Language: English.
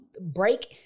break